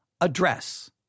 address